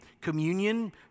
communion